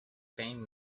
playing